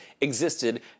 existed